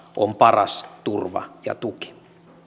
on paras turva ja tuki